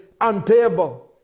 unpayable